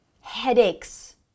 Headaches